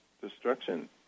destruction